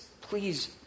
please